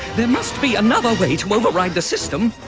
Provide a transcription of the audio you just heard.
there must be another way to override the system.